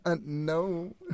No